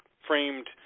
framed